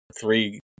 three